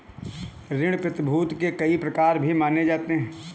ऋण प्रतिभूती के कई प्रकार भी माने जाते रहे हैं